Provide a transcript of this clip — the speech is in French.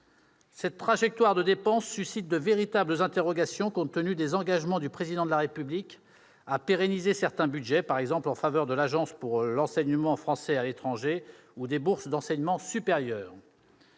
Cette trajectoire de dépenses suscite de véritables interrogations compte tenu des engagements du Président de la République à pérenniser certains budgets, par exemple en faveur de l'Agence pour l'enseignement français à l'étranger, l'AEFE, ou des bourses d'enseignement supérieur.